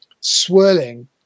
swirling